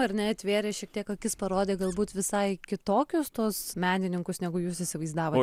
ar ne atvėrė šiek tiek akis parodė galbūt visai kitokios tuos menininkus negu jūs įsivaizdavote